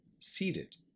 seated